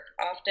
often